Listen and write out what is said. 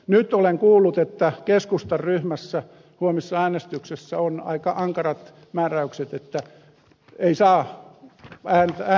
nyt olen kuullut että keskustan ryhmässä huomisessa äänestyksessä on aika ankarat määräykset että ei saa äänestää vastaan